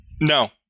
No